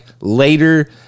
later